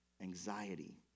anxiety